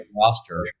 roster